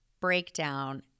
breakdown